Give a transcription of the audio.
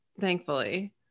thankfully